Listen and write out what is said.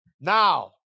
now